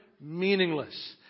meaningless